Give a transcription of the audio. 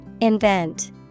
Invent